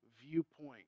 viewpoint